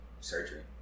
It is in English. surgery